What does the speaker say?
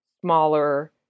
smaller